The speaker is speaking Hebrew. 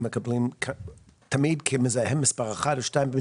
מקבלים תמיד כמזהם מספר אחד או שניים?